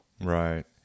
right